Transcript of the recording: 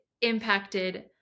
impacted